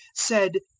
said,